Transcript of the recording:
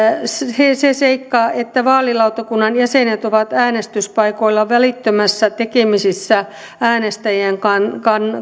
se seikka että vaalilautakunnan jäsenet ovat äänestyspaikoilla välittömässä tekemisessä äänestäjien kanssa